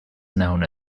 known